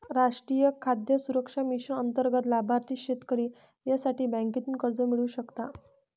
राष्ट्रीय खाद्य सुरक्षा मिशन अंतर्गत लाभार्थी शेतकरी यासाठी बँकेतून कर्ज मिळवू शकता